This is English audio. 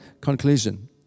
conclusion